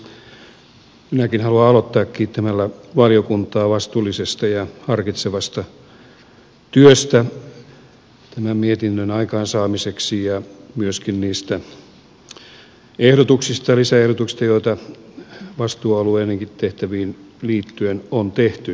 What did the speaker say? minäkin haluan aloittaa kiittämällä valiokuntaa vastuullisesta ja harkitsevasta työstä tämän mietinnön aikaansaamiseksi ja myöskin niistä ehdotuksista ja lisäehdotuksista joita vastuualueenikin tehtäviin liittyen on tehty